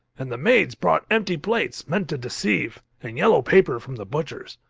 and the maids brought empty plates, meant to deceive, and yellow paper from the butcher's.